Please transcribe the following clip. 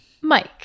Mike